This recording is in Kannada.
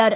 ಆರ್